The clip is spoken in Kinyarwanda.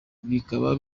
bikaba